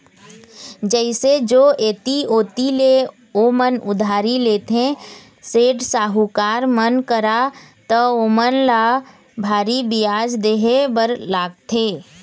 जइसे जो ऐती ओती ले ओमन उधारी लेथे, सेठ, साहूकार मन करा त ओमन ल भारी बियाज देहे बर लागथे